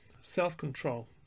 Self-control